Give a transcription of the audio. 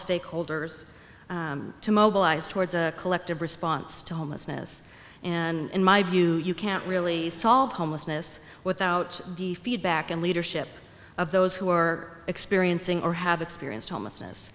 stakeholders to mobilize towards a collective response to homelessness and in my view you can't really solve homelessness without the feedback and leadership of those who are experiencing or have experienced homelessness